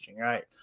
Right